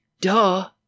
Duh